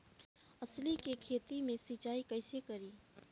अलसी के खेती मे सिचाई कइसे करी?